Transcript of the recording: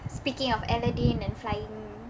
speaking of aladdin and flying